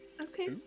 Okay